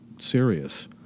serious